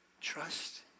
trust